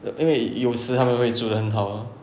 err 因为有时他们会煮的很好 ah